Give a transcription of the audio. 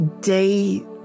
day